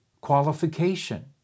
qualification